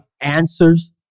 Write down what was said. answers